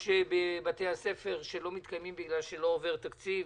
בבתי הספר לא מתקיימים בגלל שלא עובר תקציב.